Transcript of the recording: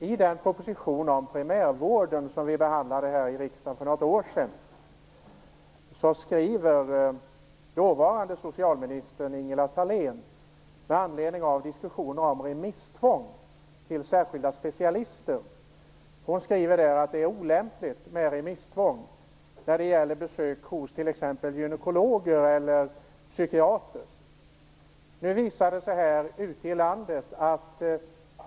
I den proposition om primärvården som behandlades här i riksdagen för något år sedan skrev dåvarande socialminister Ingela Thalén med anledning av diskussionen om remisstvång till särskilda specialister att det är olämpligt med remisstvång när det gäller besök hos t.ex. en gynekolog eller en psykiater.